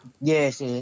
Yes